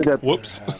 Whoops